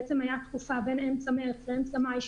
בעצם הייתה תקופה בין אמצע מרץ לאמצע מאי,